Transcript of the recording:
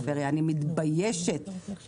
אני כאמא לילדים בפריפריה אני מתביישת במדינה